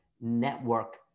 network